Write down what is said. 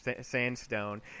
sandstone